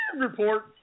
report